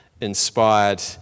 inspired